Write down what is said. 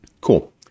cool